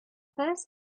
first